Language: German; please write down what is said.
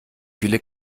viele